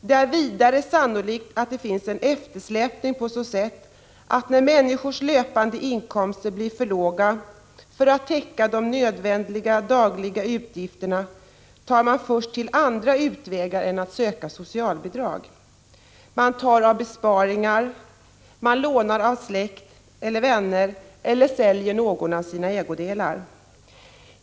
Det är vidare sannolikt att det finns en eftersläpning på så sätt att när människors löpande inkomster blir för låga för att täcka de nödvändiga dagliga utgifterna tar de först till andra utvägar än att söka socialbidrag. Man tar av besparingar, man lånar av släkt och vänner eller säljer någon av sina ägodelar.